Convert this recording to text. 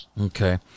Okay